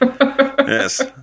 Yes